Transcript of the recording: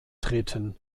treten